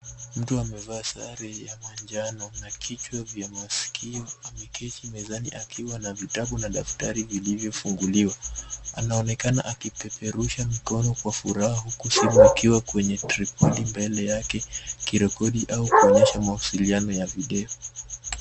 Mtu amevaa sare ya manjano, na kichwa vya masikio, ameketi mezani akiwa na vitabu na daftari vilivyofunguliwa. Anaonekana akipeperusha mikono kwa furaha huku simu ikiwa kwenye tripodi mbele yake, ikirekodi au kuonyesha mawasiliano ya video.